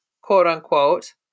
quote-unquote